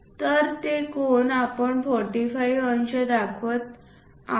तर ते कोन आपण 45 अंश म्हणून दर्शवित आहोत